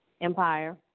Empire